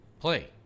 Play